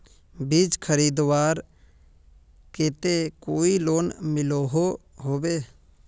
बीज खरीदवार केते कोई लोन मिलोहो होबे?